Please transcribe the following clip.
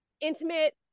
intimate